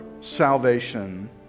salvation